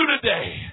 today